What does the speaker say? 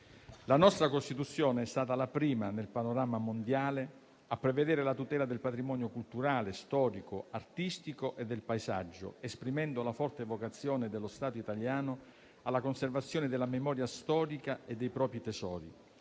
La nostra Costituzione è stata la prima nel panorama mondiale a prevedere la tutela del patrimonio culturale, storico, artistico e del paesaggio, esprimendo la forte vocazione dello Stato italiano alla conservazione della memoria storica e dei propri tesori.